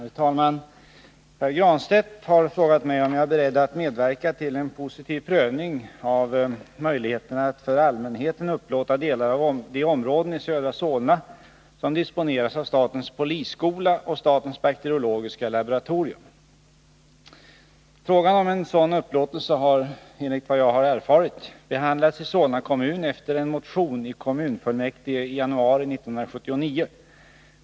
Herr talman! Pär Granstedt har frågat mig om jag är beredd att medverka till en positiv prövning av möjligheterna att för allmänheten upplåta delar av de områden i södra Solna som disponeras av statens polisskola och statens bakteriologiska laboratorium. Frågan om en sådan upplåtelse har enligt vad jag har erfarit behandlats i Solna kommun efter en motion i kommunfullmäktige i januari 1979.